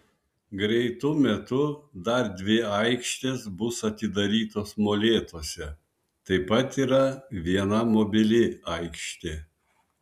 greitu metu dar dvi aikštės bus atidarytos molėtuose taip pat yra viena mobili aikštė